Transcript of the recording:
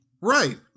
Right